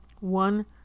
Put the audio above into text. One